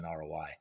ROI